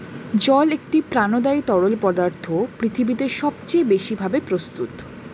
জল একটি প্রাণদায়ী তরল পদার্থ পৃথিবীতে সবচেয়ে বেশি ভাবে প্রস্তুত